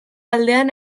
aldean